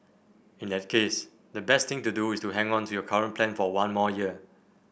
in that case the best thing to do is to hang on to your current plan for one more year